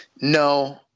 No